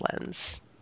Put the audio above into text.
lens